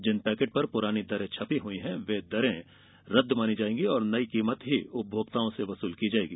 जिन packet पर पुरानी दरें छपी हुई हैं वे दरें रद्द मानी जाएंगी और नई कीमत ही उपभोक्ताओं से ली जाएगी